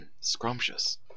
Scrumptious